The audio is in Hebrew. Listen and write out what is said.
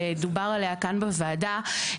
שדובר עליה כאן בוועדה,